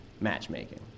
matchmaking